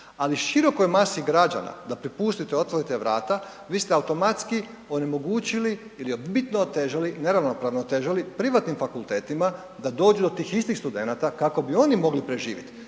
ali širokoj masi građana da pripustite, otvorite vrata vi ste automatski onemogućili ili bitno otežali, neravnopravno otežali privatnim fakultetima da dođu do tih istih studenata kao bi oni mogli preživjeti